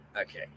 Okay